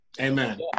Amen